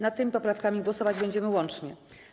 Nad tymi poprawkami głosować będziemy łącznie.